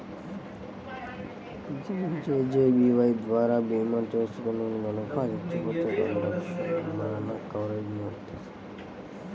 PMJJBY ద్వారా భీమా చేసుకున్నోల్లు గనక చచ్చిపోతే రెండు లక్షల మరణ కవరేజీని వత్తది